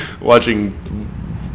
watching